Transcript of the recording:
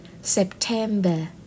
September